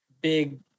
big